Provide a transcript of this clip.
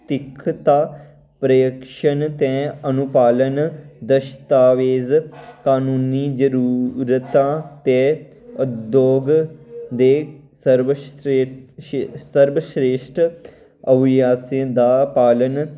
नैतिकता प्रशिक्षण ते अनुपालन दस्तावेज कानूनी जरूरतां ते उद्योग दे सर्वश्रेश्ठ अभ्यासें दा पालन